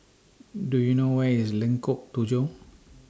Do YOU know Where IS Lengkok Tujoh